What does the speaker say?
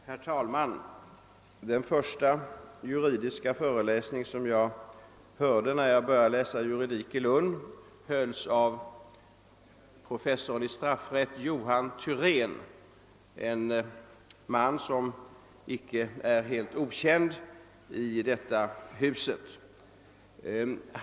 Herr talman! Den första juridiska föreläsning som jag hörde när jag började läsa juridik i Lund hölls av professorn i straffrätt Johan Thyrén, en man som icke är helt okänd i detta hus.